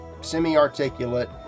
semi-articulate